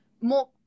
more